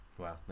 wow